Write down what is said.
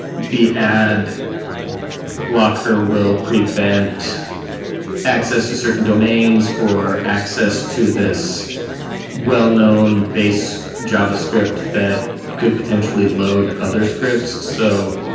the ad blocker will prevent access to certain domains or access to this well-known base javascript that could potentially load other scripts. so,